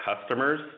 customers